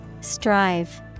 Strive